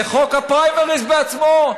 זה חוק הפריימריז בעצמו.